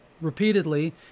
repeatedly